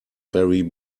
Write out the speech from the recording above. very